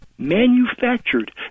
manufactured